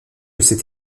cette